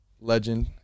legend